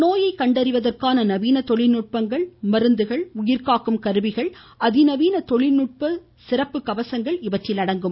நோயை கண்டறிவதற்கான நவீன தொழில்நுட்பங்கள் மருந்து உயிர்காக்கும் கருவி அதிநவீன தொழில்நுட்ப சிறப்பு கவசங்கள் இவற்றில் அடங்கும்